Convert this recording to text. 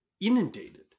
inundated